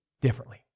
differently